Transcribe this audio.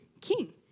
King